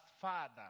Father